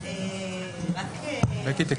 משפטים, אם